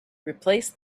replace